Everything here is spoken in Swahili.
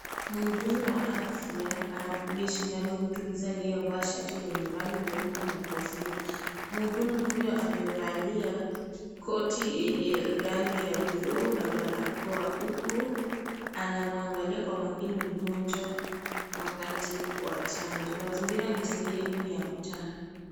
Mhudumu wa afya anampiga shindano mtu mzee aliyevaa shati lenye rangi nyeupe na kofia. Mhudumu huyu amevalia koti yenye rangi ya bluu na barakoa. Huku anamwangalia kwa makini mgonjwa wakati wa chanjo. Mazingira ni sehemu ya mtaa.